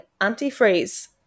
antifreeze